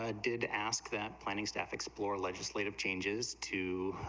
ah did ask the planning staff explore legislative changes too,